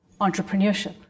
entrepreneurship